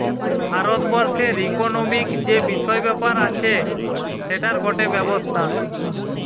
ভারত বর্ষের ইকোনোমিক্ যে বিষয় ব্যাপার আছে সেটার গটে ব্যবস্থা